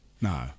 no